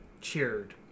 cheered